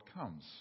comes